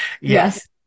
yes